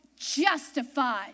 justified